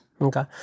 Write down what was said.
Okay